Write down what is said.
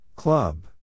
Club